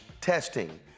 testing